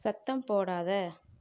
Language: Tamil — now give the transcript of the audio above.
சத்தம் போடாதே